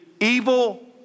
evil